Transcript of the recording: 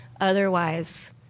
Otherwise